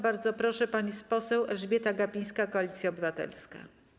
Bardzo proszę, pani poseł Elżbieta Gapińska, Koalicja Obywatelska.